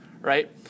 right